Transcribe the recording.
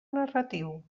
narratiu